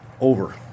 over